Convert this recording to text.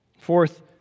Fourth